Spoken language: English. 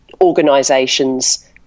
organisations